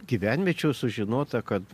gyvenviečių sužinota kad